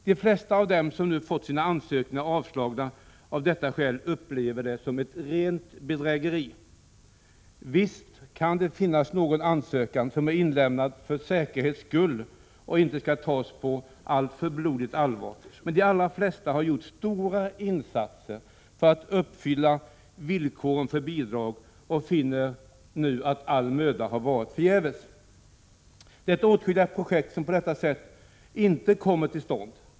De flesta av dem som nu har fått sina ansökningar avslagna av detta skäl upplever det som ett rent bedrägeri. Visst kan det finnas någon ansökan som är inlämnad för säkerhets skull och inte skall tas på blodigt allvar. Men de allra flesta som har lämnat in ansökningar har gjort stora insatser för att uppfylla villkoren för bidrag, och de finner nu att all möda har varit förgäves. Det är åtskilliga projekt som på detta sätt inte kommer till stånd.